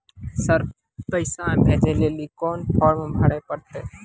Sir पैसा भेजै लेली कोन फॉर्म भरे परतै?